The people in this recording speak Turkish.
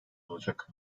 olacak